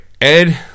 Ed